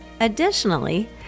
Additionally